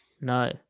No